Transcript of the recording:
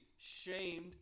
Shamed